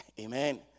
Amen